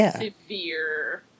severe